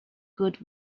good